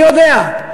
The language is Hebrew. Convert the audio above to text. מי יודע,